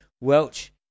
Welch